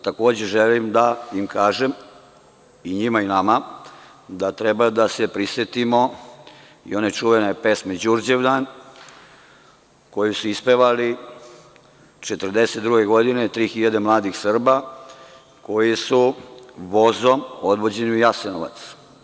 Takođe želim da im kažem i njima i nama da treba da se prisetimo i one čuvene pesme „Đurđevdan“ koju su ispevali 1942. godine 3000 mladih Srba koji su vozom odvođeni u Jasenovac.